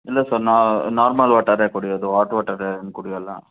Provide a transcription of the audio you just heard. ಇಲ್ಲ sir normal ವಾಟರೇ ಕುಡಿಯೋದು ಹಾಟ್ ವಾಟರ್ ಏನು ಕುಡಿಯಲ್ಲ